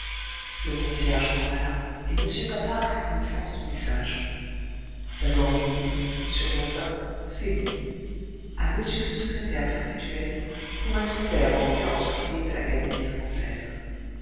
le concierge s'en alla et m patard prit connaissance du message d'abord il lut sur l'enveloppe ces mots a m le secrétaire perpétuel pour être ouvert en séance privée de l'académie française